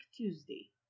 Tuesday